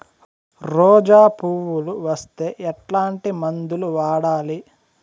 రోజా పువ్వులు వస్తే ఎట్లాంటి మందులు వాడాలి?